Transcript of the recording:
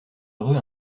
heureux